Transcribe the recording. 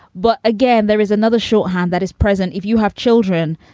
but again, there is another shorthand that is present. if you have children,